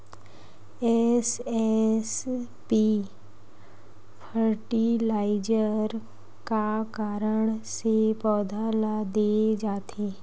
SSP fertiliser का कारण से पौधा ल दे जाथे?